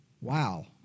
Wow